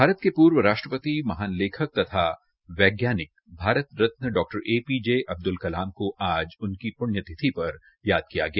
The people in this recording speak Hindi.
भारत के पूर्व राष्ट्रपति महान लेखक तथा वैज्ञानिक Bharat Ratna Dr A P J Abdul Kalam को आज उनकी पुण्यतिथि पर याद किया गया